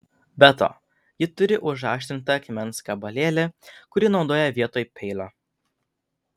be to ji turi užaštrintą akmens gabalėlį kurį naudoja vietoj peilio